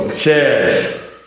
Cheers